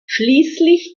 schließlich